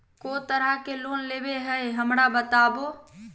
को तरह के लोन होवे हय, हमरा बताबो?